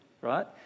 right